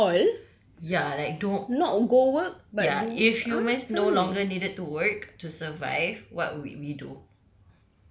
ya s~ ya like don~ ya if humans no longer needed to work to survive what would we do